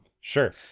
Sure